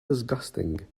disgusting